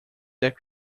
that